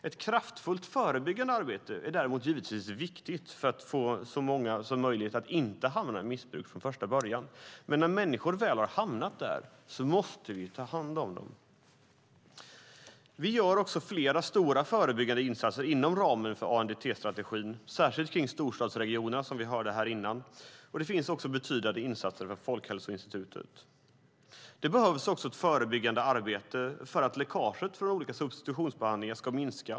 Ett kraftfullt förebyggande arbete är däremot givetvis viktigt för att så många som möjligt inte ska hamna i missbruk från första början. Men när människor väl har hamnat där måste vi ta hand om dem. Vi gör också flera stora förebyggande insatser inom ramen för ANDT-strategin, särskilt kring storstadsregionerna, som vi hörde här. Det finns också betydande insatser från Folkhälsoinstitutet. Det behövs också ett förebyggande arbete för att läckaget från olika substitutionsbehandlingar ska minska.